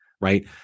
right